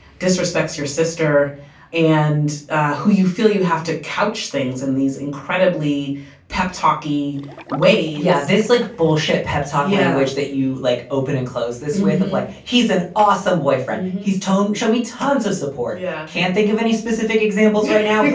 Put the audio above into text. disrespects your sister and who you feel you have to couch things in these incredibly peppe talky way yeah. this like bullshit pep talk language that you like. open and close this with him. like he's an awesome boyfriend. he's tone. show me tons of support. you yeah can't think of any specific examples right now.